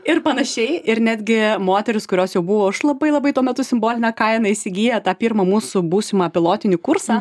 ir panašiai ir netgi moterys kurios jau buvo už labai labai tuo metu simbolinę kainą įsigiję tą pirmą mūsų būsimą pilotinį kursą